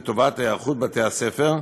לטובת היערכות בתי-הספר,